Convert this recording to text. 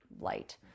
light